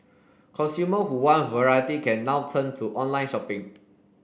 consumer who want variety can now turn to online shopping